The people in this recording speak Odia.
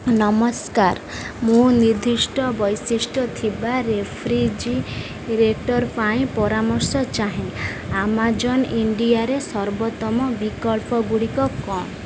ନମସ୍କାର ମୁଁ ନିର୍ଦ୍ଧିଷ୍ଟ ବୈଶିଷ୍ଟ୍ୟ ଥିବା ରେଫ୍ରିଜିରେଟର୍ ପାଇଁ ପରାମର୍ଶ ଚାହେଁ ଆମାଜନ୍ ଇଣ୍ଡିଆରେ ସର୍ବୋତ୍ତମ ବିକଳ୍ପ ଗୁଡ଼ିକ କ'ଣ